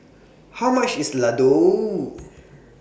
How much IS Ladoo